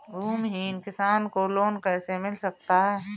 भूमिहीन किसान को लोन कैसे मिल सकता है?